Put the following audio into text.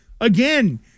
again